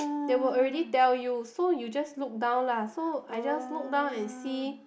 they will already tell you so you just look down lah so I just look down and see